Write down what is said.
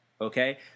okay